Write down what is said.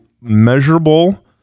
measurable